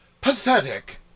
Pathetic